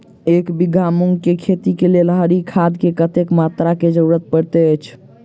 एक बीघा मूंग केँ खेती केँ लेल हरी खाद केँ कत्ते मात्रा केँ जरूरत पड़तै अछि?